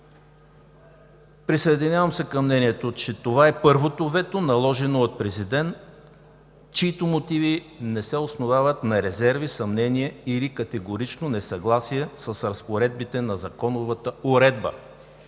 присъединявам се към мнението, че това е първото вето, наложено от президент, чиито мотиви не се основават на резерви, съмнения или категорично несъгласие с разпоредбите на законовата уредба,